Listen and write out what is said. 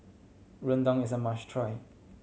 rendang is a must try